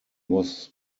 was